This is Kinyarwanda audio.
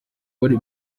bari